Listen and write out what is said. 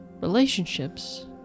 relationships